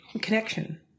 connection